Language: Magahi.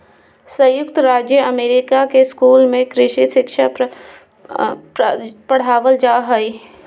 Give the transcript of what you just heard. संयुक्त राज्य अमेरिका के स्कूल में कृषि शिक्षा पढ़ावल जा हइ